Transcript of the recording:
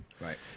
Right